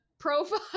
profile